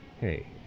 hey